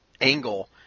angle